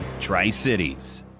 Tri-Cities